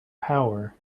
power